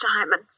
Simon